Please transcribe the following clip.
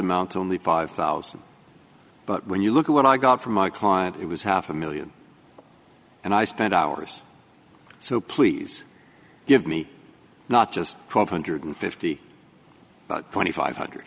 amount to only five thousand but when you look at what i got from my client it was half a million and i spent hours so please give me not just twelve hundred fifty twenty five hundred